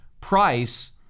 price